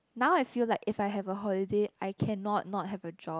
now I feel like if I have a holiday I cannot not have a job